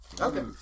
Okay